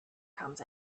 comes